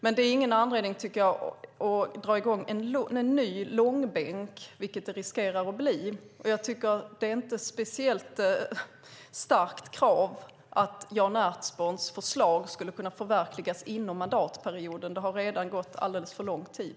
Jag tycker inte att det är någon anledning att dra det i en ny långbänk, vilket riskerar att ske. Det är inte ett speciellt starkt krav att Jan Ertsborns förslag skulle kunna förverkligas inom mandatperioden. Det har redan gått alldeles för lång tid.